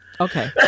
Okay